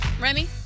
Remy